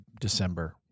December